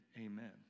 amen